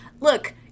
Look